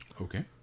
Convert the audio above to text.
Okay